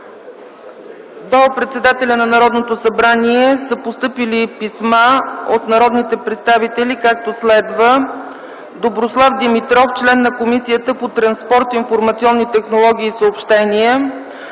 До председателя на Народното събрание са постъпили писма от народните представители, както следва: - от Доброслав Димитров, член на Комисията по транспорт, информационни технологии и съобщения,